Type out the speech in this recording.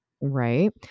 Right